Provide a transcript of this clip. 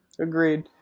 Agreed